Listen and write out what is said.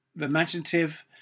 imaginative